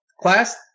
class